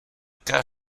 cas